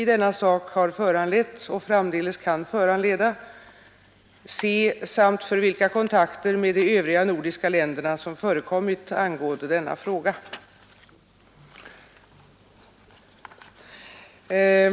Utredningsarbetet igångsattes och i enlighet med vad som föreskrivits redovisades utförda utredningar och därav föranledda förslag successivt. Kungl. Maj:t har ännu inte kungjort något beslut i anledning av skrivelsen.